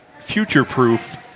future-proof